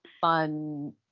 fun